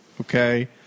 okay